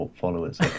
followers